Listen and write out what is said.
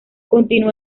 continuó